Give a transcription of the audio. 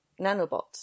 nanobots